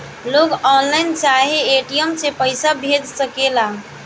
लोग ऑनलाइन चाहे ए.टी.एम से पईसा भेज सकेला